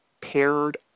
paired